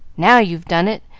now you've done it!